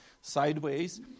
sideways